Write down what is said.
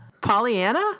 Pollyanna